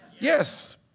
Yes